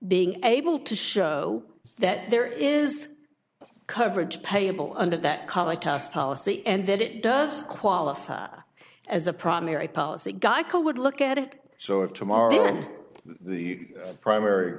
being able to show that there is coverage payable under that color test policy and that it does qualify as a primary policy guy co would look at it so if tomorrow the primary